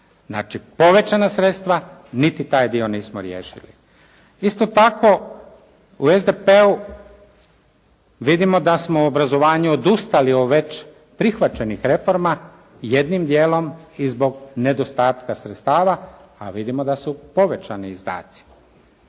Znači, povećana sredstva niti taj dio nismo riješili. Isto tako u SDP-u vidimo da smo u obrazovanju odustali od već prihvaćenih reforma jednim dijelom i zbog nedostatka sredstava, a vidimo da su povećani izdaci.